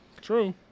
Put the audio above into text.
True